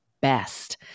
best